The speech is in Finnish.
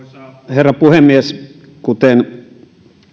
herra puhemies kuten